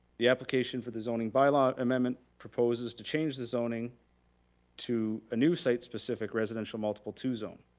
the application for the zoning bylaw amendment proposes to change the zoning to a new site specific residential multiple two zone.